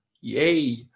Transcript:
Yay